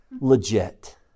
legit